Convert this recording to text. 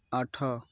ଆଠ